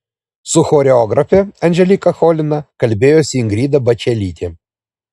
su choreografe anželika cholina kalbėjosi ingrida bačelytė